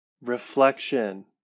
reflection